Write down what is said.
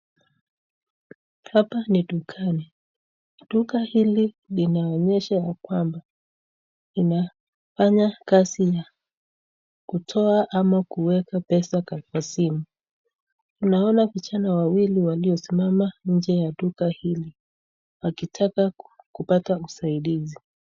Hapa ni dukani. Duka hili linaonyesha ya kwamba unafanya kazi ya kutoa ama kuweka pesa katika simu. Tunaona vijana wawili waliosimama nje ya duka hili, wakitaka kupata usaidizi.